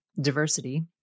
diversity